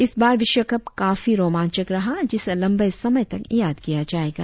इस बार विश्व कप काफी रोमांचक रहा जिसे लंबे समय तक याद किया जाएगा